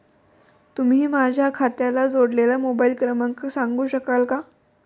तुम्ही माझ्या खात्याला जोडलेला मोबाइल क्रमांक सांगू शकाल का?